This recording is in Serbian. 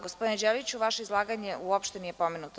Gospodine Đeliću, vaše izlaganje uopšte nije pomenuto.